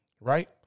right